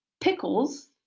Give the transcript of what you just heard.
pickles